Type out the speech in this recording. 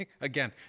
again